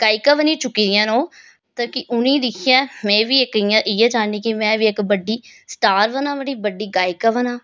गायिका बनी चुकी दियां न ओह् ताकि उ'नें गी दिक्खियै में बी इक इ'यां इ'यै चाह्ंन्नी आं कि में बी इक बड्डी स्टार बनां बड़ी बड्डी गायिका बनां